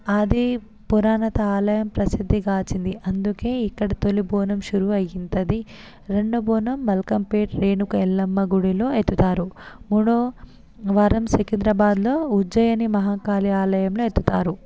ఆది పురాణత ఆలయం ప్రసిద్ధిగాంచింది అందుకే ఇక్కడ తొలి బోనం షురూ అయితది రెండో బోనం మల్కంపేట్ రేణుక ఎల్లమ్మ గుడిలో ఎత్తుతారు మూడో వారం సికింద్రాబాద్లో ఉజ్జయిని మహాకాళి ఆలయంలో ఎత్తుతారు